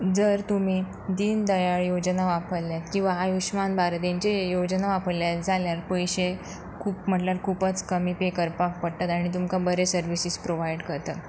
जर तुमी दीन दयाळ योजना वापरल्यात किंवां आयुशमान भारत हेंचे योजना वापरल्या जाल्यार पयशे खूब म्हटल्यार खूबच कमी पे करपाक पडटत आनी तुमकां बऱ्यो सर्विसीस प्रोवायड करतात